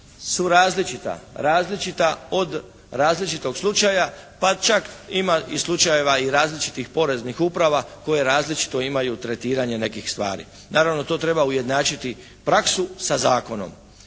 su različita, različita od različitog slučaja, pa čak ima i slučajeva i različitih poreznih uprava koje različito imaju tretiranje nekih stvari. Naravno to treba ujednačiti praksu sa zakonom.